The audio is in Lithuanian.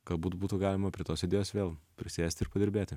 galbūt būtų galima prie tos idėjos vėl prisėsti ir padirbėti